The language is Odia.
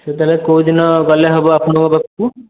ସାର୍ ତାହେଲେ କୋଉ ଦିନ ଗଲେ ହେବ ଆପଣଙ୍କ ପାଖକୁ